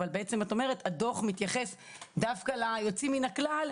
אבל בעצם את אומרת - הדוח מתייחס דווקא ליוצאים מן הכלל,